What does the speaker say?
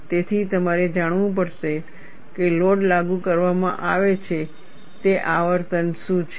તેથી તમારે જાણવું પડશે કે લોડ લાગુ કરવામાં આવે છે તે આવર્તન શું છે